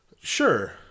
Sure